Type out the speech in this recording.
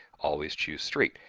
always choose street.